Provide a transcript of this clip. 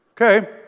Okay